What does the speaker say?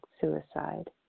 suicide